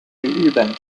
日本